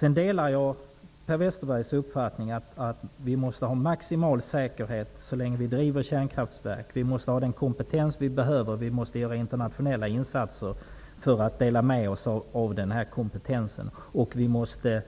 Jag delar Per Westerbergs uppfattning att det måste vara maximal säkerhet så länge kärnkraftverken finns. Den kompetens som behövs måste finnas. Det måste göras internationella insatser så att vi kan dela med oss av vår kompetens. Vi måste